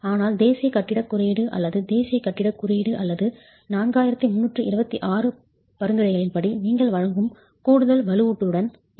ஆனால் தேசிய கட்டிடக் குறியீடு அல்லது தேசிய கட்டிடக் குறியீடு அல்லது 4326 பரிந்துரைகளின்படி நீங்கள் வழங்கும் கூடுதல் வலுவூட்டலுடன் இருக்கும்